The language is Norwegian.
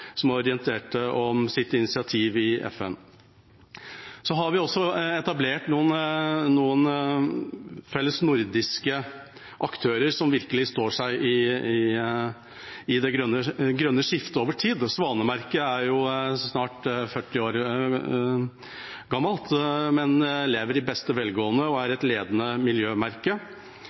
som orienterte om sitt initiativ i FN. Så har vi også etablert noen felles nordiske aktører som virkelig står seg i det grønne skiftet over tid. Svanemerket er snart 40 år gammelt, men lever i beste velgående og er et ledende miljømerke.